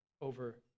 over